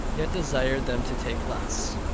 yet desired them to take less.